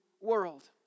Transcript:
world